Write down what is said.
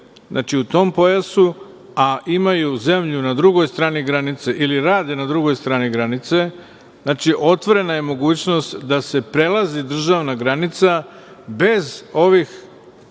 žive u tom pojasu, a imaju zemlju na drugoj strani granice ili rade na drugoj strani granice, znači otvorena je mogućnost da se prelazi državna granica bez ovih